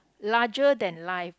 larger than life